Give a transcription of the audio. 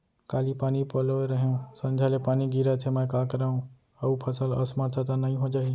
काली पानी पलोय रहेंव, संझा ले पानी गिरत हे, मैं का करंव अऊ फसल असमर्थ त नई जाही?